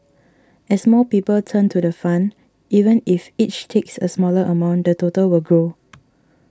as more people turn to the fund even if each takes a smaller amount the total will grow